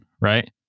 right